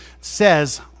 says